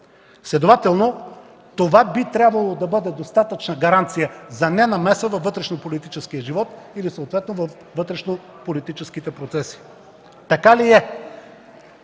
следователно това би трябвало да бъде достатъчна гаранция за ненамеса във вътрешнополитическия живот или съответно във вътрешнополитическите процеси. Така ли е?